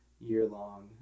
year-long